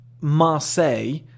Marseille